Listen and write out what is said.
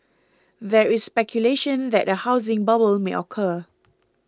there is speculation that a housing bubble may occur